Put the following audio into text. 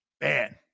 Man